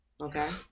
Okay